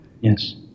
yes